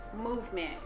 movement